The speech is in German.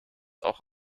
auch